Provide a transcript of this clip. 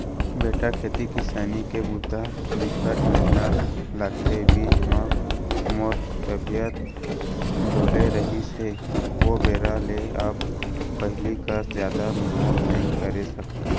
बेटा खेती किसानी के बूता बिकट मेहनत लागथे, बीच म मोर तबियत डोले रहिस हे ओ बेरा ले अब पहिली कस जादा मेहनत नइ करे सकव